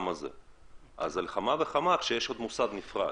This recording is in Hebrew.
אז על כמה וכמה כשיש מוסד נפרד.